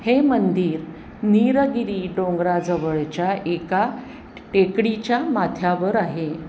हे मंदिर नीरगिरी डोंगराजवळच्या एका टेकडीच्या माथ्यावर आहे